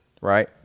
Right